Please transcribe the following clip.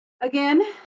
again